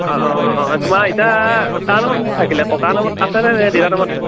অঁ অঁ অঁ অঁ তোমাৰ এতিয়া কাৰ নামত থাকিলে ককা নম্বৰত আছেনে নে দেউতাৰ নামত আছে